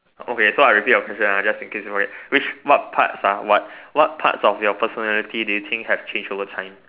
okay so I repeat your question ah just in case which what part of what what part of your personality do you think have change overtime